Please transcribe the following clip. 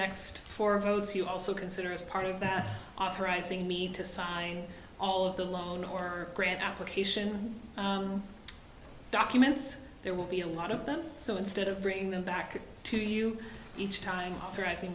next four votes you also consider as part of that authorizing me to sign all of the loan or grant application documents there will be a lot of them so instead of bringing them back to you each time